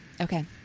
Okay